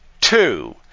Two